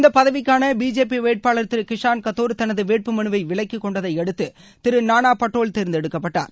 இந்த பதவிக்காள பிஜேபி வேட்பாளர் திரு கிஷான் காத்தோர் தனது வேட்பு மனுவை விலக்கிக்கொண்டதை அடுத்து திரு நானா பட்டோவா தேர்ந்தெடுக்கப்பட்டார்